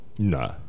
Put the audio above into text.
Nah